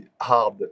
hard